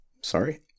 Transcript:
Sorry